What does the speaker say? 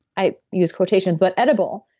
i use quotations, but edible.